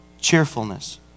Cheerfulness